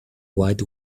white